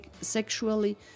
sexually